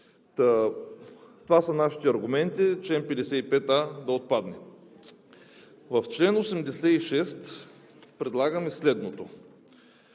Това са нашите аргументи чл. 55а да отпадне. В чл. 86 предлагаме следното: